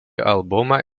albumą